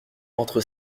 entre